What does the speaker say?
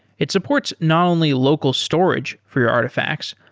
it supports not only local storage for your artifacts,